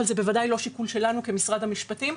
זה בוודאי לא שיקול שלנו כמשרד המשפטים,